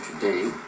today